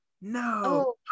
no